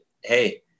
Hey